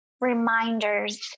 reminders